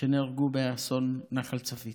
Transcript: שנהרגו באסון בנחל צפית.